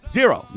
Zero